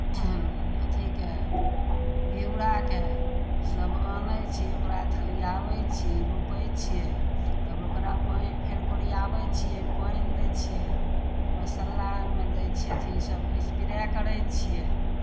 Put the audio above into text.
अथिके घिउराके सभ अनै छी ओकरा थलिआबै छी रोपै छियै तब ओकरा पानि फेर कोरिआबै छियै पानि दै छियै मसाला ओहिमे दै छियै अथि इसभ इसपेरे करै छियै